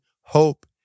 hope